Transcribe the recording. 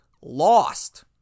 lost